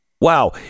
Wow